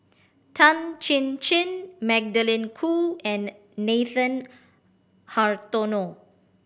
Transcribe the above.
Tan Chin Chin Magdalene Khoo and Nathan Hartono